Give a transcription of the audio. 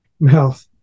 mouth